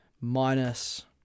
minus